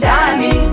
Dani